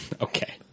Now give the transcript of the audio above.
Okay